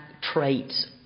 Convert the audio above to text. traits